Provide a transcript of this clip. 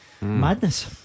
madness